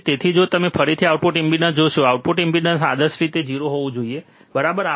તેથી જો તમે ફરીથી આઉટપુટ ઇમ્પેડન્સ જોશો આઉટપુટ ઇમ્પેડન્સ આદર્શ રીતે તે 0 હોવું જોઈએ બરાબર